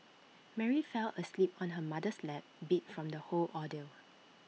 Mary fell asleep on her mother's lap beat from the whole ordeal